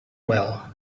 well